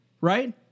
right